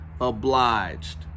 obliged